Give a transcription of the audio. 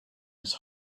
his